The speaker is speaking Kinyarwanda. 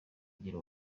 igira